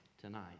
Tonight